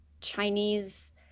Chinese